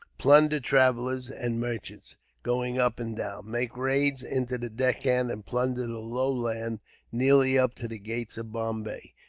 plunder travellers and merchants going up and down, make raids into the deccan, and plunder the low land nearly up to the gates of bombay.